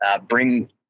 bring